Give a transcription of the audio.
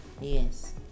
yes